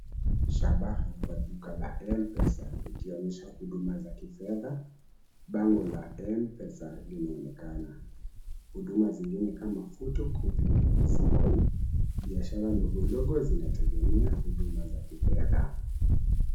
Shabaha kwa duka la Mpesa, ikionyesha huduma za kifedha. Bango la Mpesa linaonekana. Huduma zingine kama vile photocopy ziko. Biashara ndogo ndogo zinategemea huduma za kifedha.